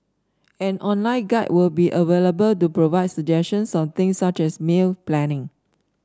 an online guide will be available to provide suggestions on things such as meal planning